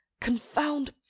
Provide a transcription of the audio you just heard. confound